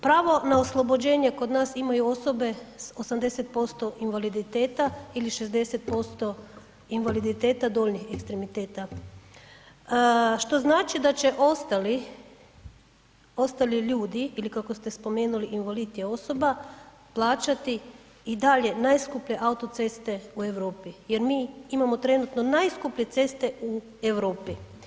Pravo na oslobođenje kod nas imaju osobe sa 80% invaliditeta ili 60% invaliditeta donjih ekstremiteta, što znači da će ostali ljudi ili kako ste spomenuli, invalid je osoba, plaćati i dalje najskuplje autoceste u Europi jer mi imamo trenutno najskuplje ceste u Europi.